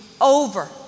over